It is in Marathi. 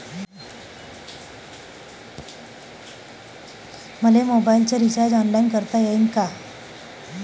मले मोबाईलच रिचार्ज ऑनलाईन करता येईन का?